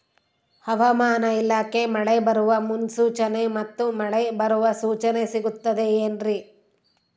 ಹವಮಾನ ಇಲಾಖೆ ಮಳೆ ಬರುವ ಮುನ್ಸೂಚನೆ ಮತ್ತು ಮಳೆ ಬರುವ ಸೂಚನೆ ಸಿಗುತ್ತದೆ ಏನ್ರಿ?